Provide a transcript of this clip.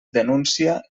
denúncia